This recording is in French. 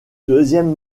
deuxième